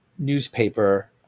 newspaper